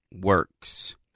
works